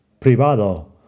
Privado